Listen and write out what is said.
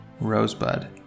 Rosebud